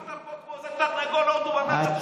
אתה צרחת פה כמו איזה תרנגול הודו במשך שבע שנים,